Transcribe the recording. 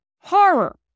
Horror